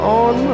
on